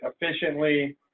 efficiently